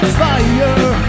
fire